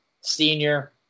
senior